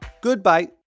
Goodbye